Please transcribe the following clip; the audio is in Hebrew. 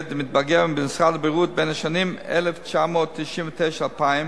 ילד ומתבגר במשרד הבריאות בשנים 1999 2000,